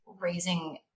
raising